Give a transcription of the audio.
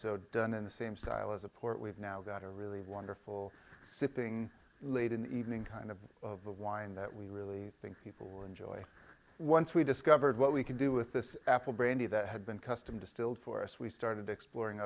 so done in the same style as a port we've now got a really wonderful sipping late in the evening kind of the wine that we really think people will enjoy once we discovered what we can do with this apple brandy that had been custom distilled for us we started exploring